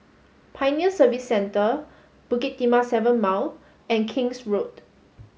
Pioneer Service Centre Bukit Timah Seven Mile and King's Road